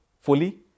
fully